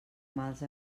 mals